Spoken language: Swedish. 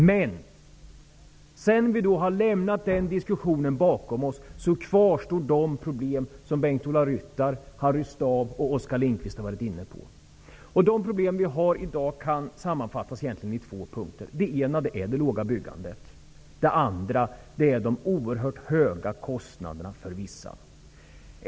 Men sedan vi har lämnat den diskussionen bakom oss kvarstår de problem som Bengt-Ola Ryttar, Harry Staaf och Oskar Lindkvist har varit inne på. De problem som vi har i dag kan sammanfattas i två punkter. Den ena är det låga bostadsbyggandet, och det andra är de oerhört höga kostnaderna för vissa boende.